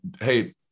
Hey